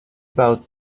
about